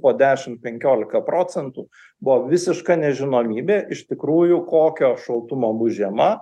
po dešimt penkiolika procentų buvo visiška nežinomybė iš tikrųjų kokio šaltumo bus žiema